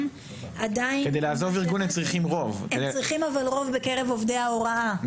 --- כדי לעזוב ארגון הם צריכים רוב בקרב עובדי ההוראה,